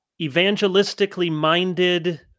evangelistically-minded